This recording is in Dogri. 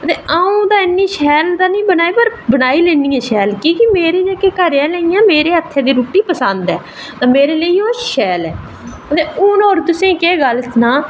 ते अं'ऊ ते इन्नी शैल निं बनांदी पर बनाई लैन्नीं आं शैल ते मेरे घरे आह्लें गी मेरी रुट्टी शैल लगदी ऐ ते मेरे लेई ओह् शैल ऐ ते होर तुसेंगी केह् सनांऽ